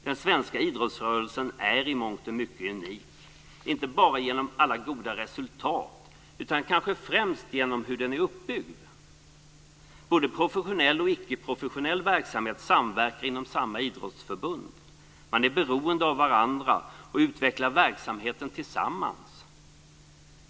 Den svenska idrottsrörelsen är i mångt och mycket unik, inte bara genom alla goda resultat utan kanske främst genom hur den är uppbyggd. Både professionell och icke-professionell verksamhet samverkar inom samma idrottsförbund. Man är beroende av varandra och utvecklar verksamheten tillsammans.